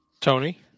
Tony